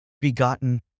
begotten